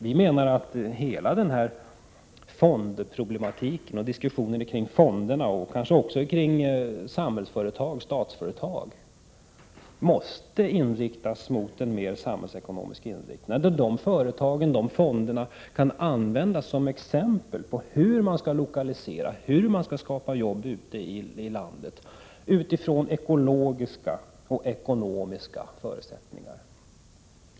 Vpk anser att hela denna fondproblematik och diskussionen om fonderna och statliga företag måste få en mer samhällsekonomisk inriktning. Dessa företag och fonder kan användas som exempel på hur lokaliseringen skall ske, hur jobb kan skapas ute i landet med utgångspunkt i ekologiska och ekonomiska förutsättningar.